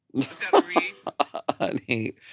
Honey